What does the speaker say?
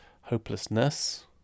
hopelessness